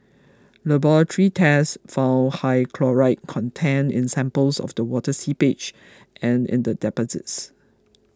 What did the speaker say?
laboratory tests found high chloride content in samples of the water seepage and in the deposits